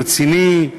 רציני,